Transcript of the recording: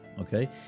okay